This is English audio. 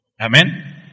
Amen